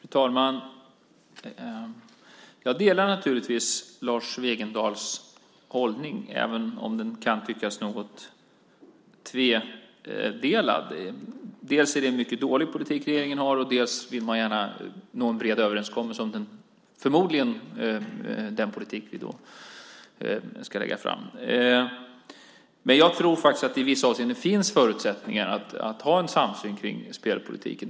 Fru talman! Jag delar naturligtvis Lars Wegendals hållning, även om den kan tyckas något tudelad. Dels är det en mycket dålig politik som regeringen har, dels vill man gärna nå en bred överenskommelse om förmodligen den politik som regeringen ska lägga fram. Jag tror att det i vissa avseenden finns förutsättningar att ha en samsyn kring spelpolitiken.